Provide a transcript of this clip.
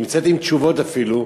נמצאת עם תשובות אפילו,